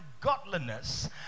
godliness